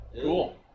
Cool